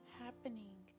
happening